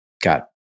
got